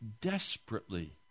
desperately